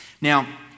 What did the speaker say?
Now